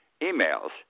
emails